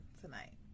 tonight